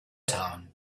town